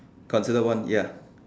considered one ya